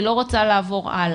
אני לא רוצה לעבור הלאה.